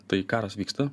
tai karas vyksta